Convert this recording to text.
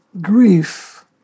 grief